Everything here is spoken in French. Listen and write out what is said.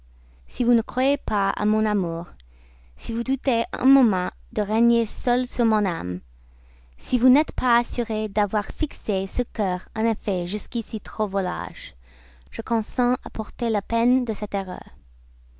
si vous ne croyez pas à mon amour si vous doutez un moment de régner seule sur mon âme si vous n'êtes pas assurée d'avoir fixé ce cœur en effet jusqu'ici trop volage je consens à porter la peine de cette erreur